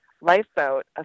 lifeboat